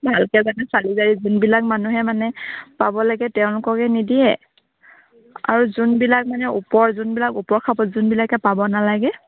ভালকৈ মানে চালি জাৰি যোনবিলাক মানুহে মানে পাব লাগে তেওঁলোককে নিদিয়ে আৰু যোনবিলাক মানে ওপৰ যোনবিলাক ওপৰ খাপত যোনবিলাকে পাব নালাগে